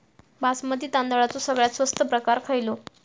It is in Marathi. बासमती तांदळाचो सगळ्यात स्वस्त प्रकार खयलो?